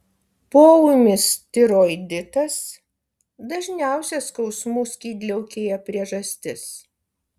poūmis tiroiditas dažniausia skausmų skydliaukėje priežastis